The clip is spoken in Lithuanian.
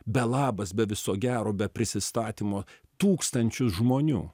be labas be viso gero be prisistatymo tūkstančius žmonių